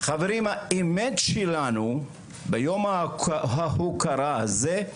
חברים, האמת שלנו ביום ההוקרה הזה,